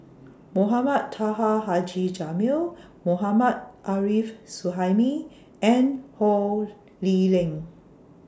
Mohamed Taha Haji Jamil Mohammad Arif Suhaimi and Ho Lee Ling